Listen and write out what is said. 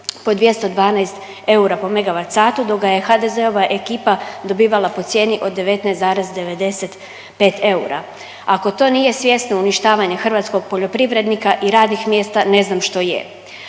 po 212 eura po megavat satu dok ga je HDZ-ova ekipa dobivala po cijeni od 19,95 eura. Ako to nije svjesno uništavanje hrvatskog poljoprivrednika i radnih mjesta ne znam što je.